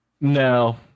No